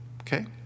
Okay